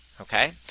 okay